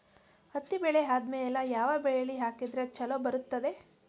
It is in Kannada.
ಹತ್ತಿ ಬೆಳೆ ಆದ್ಮೇಲ ಯಾವ ಬೆಳಿ ಹಾಕಿದ್ರ ಛಲೋ ಬರುತ್ತದೆ?